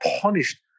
punished